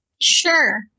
Sure